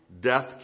death